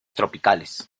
tropicales